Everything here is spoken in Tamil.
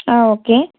ஆ ஓகே